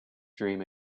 dream